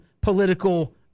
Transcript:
political